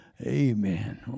Amen